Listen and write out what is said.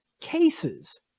cases